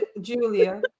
Julia